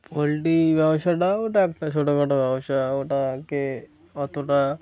poultry ব্যবসাটা ওটা একটা ছোটখাটো ব্যবসা ওটাকে অতটা